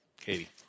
Katie